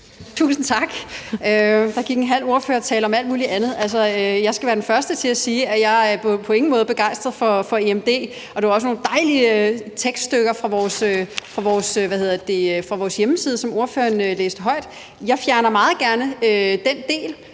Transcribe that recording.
Tusind tak. Der gik en halv ordførertale med at tale om alt muligt andet. Jeg skal være den første til at sige, at jeg på ingen måder er begejstret for EMD, og det var også nogle dejlige tekststykker fra vores hjemmeside, som ordføreren læste højt. Jeg fjerner meget gerne den del.